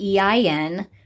EIN